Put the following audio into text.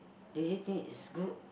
do you think it's good